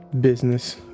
business